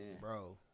bro